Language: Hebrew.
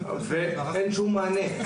ואין שום מענה.